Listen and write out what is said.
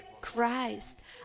Christ